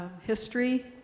history